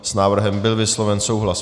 S návrhem byl vysloven souhlas.